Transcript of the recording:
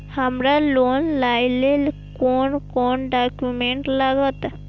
हमरा लोन लाइले कोन कोन डॉक्यूमेंट लागत?